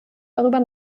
darüber